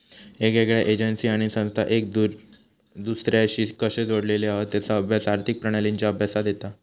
येगयेगळ्या एजेंसी आणि संस्था एक दुसर्याशी कशे जोडलेले हत तेचा अभ्यास आर्थिक प्रणालींच्या अभ्यासात येता